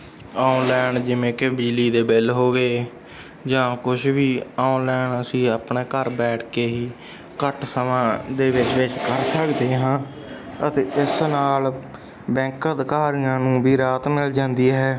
online ਜਿਵੇਂ ਕਿ ਬਿਜਲੀ ਦੇ ਬਿੱਲ ਹੋ ਗਏ ਜਾਂ ਕੁਝ ਵੀ ਔਨਲਾਈਨ ਅਸੀਂ ਆਪਣੇ ਘਰ ਬੈਠ ਕੇ ਹੀ ਘੱਟ ਸਮਾਂ ਦੇ ਵਿੱਚ ਵਿੱਚ ਕਰ ਸਕਦੇ ਹਾਂ ਅਤੇ ਇਸ ਨਾਲ ਬੈਂਕ ਅਧਿਕਾਰੀਆਂ ਨੂੰ ਵੀ ਰਾਹਤ ਮਿਲ ਜਾਂਦੀ ਹੈ